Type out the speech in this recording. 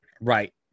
right